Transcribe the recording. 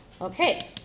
okay